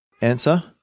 Answer